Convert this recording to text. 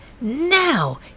Now